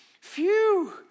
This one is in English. phew